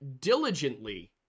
diligently